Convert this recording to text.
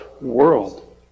world